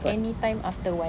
anytime after one